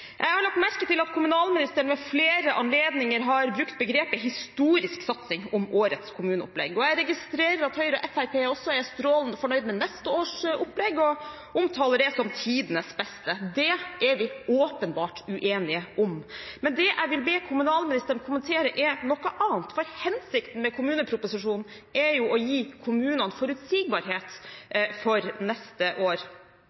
Jeg har lagt merke til at kommunalministeren ved flere anledninger har brukt begrepet «historisk satsing» om årets kommuneopplegg, og jeg registrerer at Høyre og Fremskrittspartiet også er strålende fornøyd med neste års opplegg og omtaler det som tidenes beste. Det er vi åpenbart uenige om. Det jeg vil be kommunalministeren kommentere, er noe annet, for hensikten med kommuneproposisjonen er jo å gi kommunene forutsigbarhet for neste år.